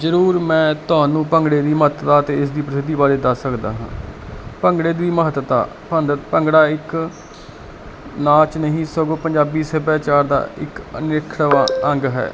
ਜਰੂਰ ਮੈਂ ਤੁਹਾਨੂੰ ਭੰਗੜੇ ਦੀ ਮਹੱਤਤਾ ਤੇ ਇਸ ਦੀ ਪ੍ਰਸਿਧੀ ਬਾਰੇ ਦੱਸ ਸਕਦਾ ਹਾਂ ਭੰਗੜੇ ਦੀ ਮਹੱਤਤਾ ਭੰਗੜਾ ਇੱਕ ਨਾਚ ਨਹੀਂ ਸਭ ਪੰਜਾਬੀ ਸਭਿਆਚਾਰ ਦਾ ਇੱਕ ਅਨਿਖ੍ਰਵਾ ਅੰਗ ਹੈ